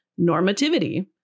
normativity